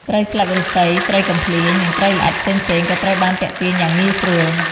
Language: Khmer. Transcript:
ត្រីស្លឹកឫស្សី ត្រីកំភ្លាញ និងត្រីល្អិតផ្សេងៗ ក៏ត្រូវបានទាក់ទាញយ៉ាងងាយស្រួល។